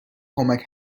کمک